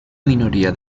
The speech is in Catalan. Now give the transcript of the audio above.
minoria